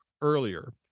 earlier